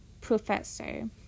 professor